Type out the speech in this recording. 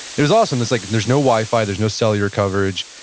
it was awesome. it's like, there's no wi-fi, there's no cellular coverage,